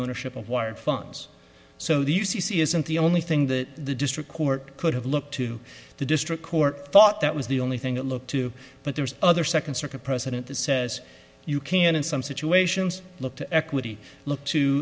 ownership of wired funds so the u c c isn't the only thing that the district court could have looked to the district court thought that was the only thing that looked to but there's other second circuit precedent that says you can in some situations look to equity look to